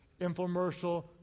Infomercial